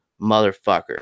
motherfucker